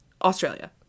Australia